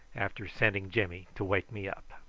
after sending jimmy to wake me up.